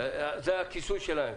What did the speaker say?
זה הכיסוי שלהם.